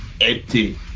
empty